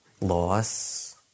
loss